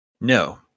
No